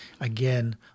again